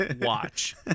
Watch